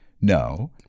no